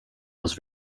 was